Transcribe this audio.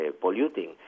polluting